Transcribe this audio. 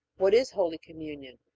what is holy communion?